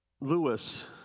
Lewis